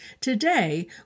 Today